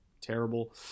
terrible